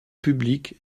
publics